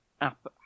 app